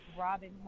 Robin